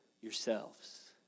yourselves